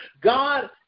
God